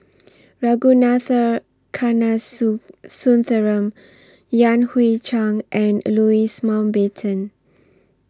Ragunathar Kanagasuntheram Yan Hui Chang and Louis Mountbatten